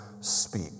speak